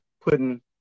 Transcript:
putting